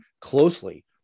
closely